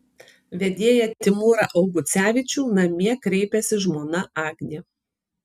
vedėją timūrą augucevičių namie kreipiasi žmona agnė